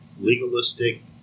legalistic